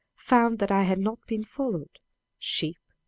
found that i had not been followed sheep,